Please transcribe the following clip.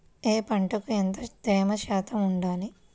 ఏ పంటకు ఎంత తేమ శాతం ఉండాలి?